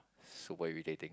super irritating